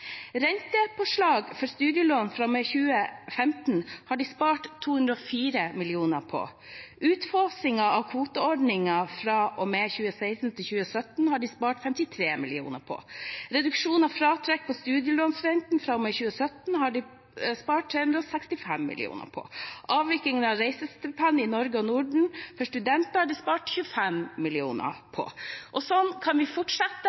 Rentepåslag for studielån fra og med 2015 har de spart 204 mill. kr på. Utfasingen av kvoteordningen fra og med 2016 til 2017 har de spart 53 mill. kr på. Reduksjon av fratrekk på studielånsrenten fra og med 2017 har de spart 365 mill. kr på. Avviklingen av reisestipend i Norge og Norden for studenter har de spart 25